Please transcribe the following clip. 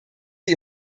sie